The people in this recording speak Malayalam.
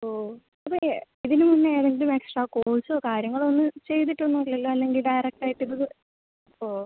ഓ അപ്പം ഇതിന് മുന്നെ ഏതെങ്കിലും എക്സ്ട്രാ കോഴ്സോ കാര്യങ്ങളോ ഒന്ന് ചെയ്തിട്ട് ഒന്നും ഇല്ലല്ലൊ അല്ലെങ്കിൽ ഡയറക്റ്റ് ആയിട്ട് ഇത് ഓ